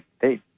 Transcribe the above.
hey